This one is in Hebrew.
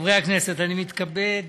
חברי הכנסת, אני מתכבד